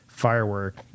firework